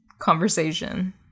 conversation